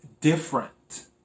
different